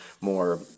more